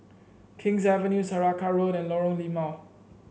King's Avenue Saraca Road and Lorong Limau